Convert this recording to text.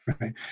Right